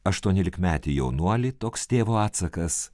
aštuoniolikmetį jaunuolį toks tėvo atsakas